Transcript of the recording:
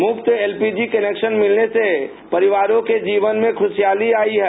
मुफ्त LPG connection मिलने से परिवारों के जीवन में खुशहाली आयी है